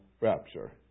rapture